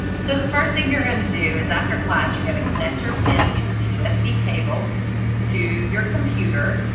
so the first thing you're going to do is after class you're going to connect your pen using the usb cable to your computer.